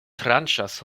tranĉas